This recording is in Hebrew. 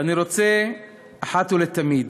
ואני רוצה אחת ולתמיד